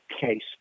case